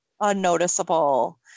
unnoticeable